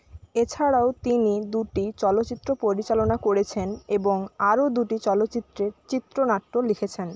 এছাড়াও তিনি দুটি চলচ্চিত্র পরিচালনা করেছেন এবং আরো দুটি চলচ্চিত্রের চিত্রনাট্য লিখেছেন